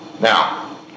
Now